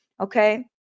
okay